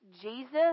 Jesus